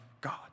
God